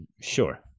Sure